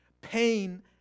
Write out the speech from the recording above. pain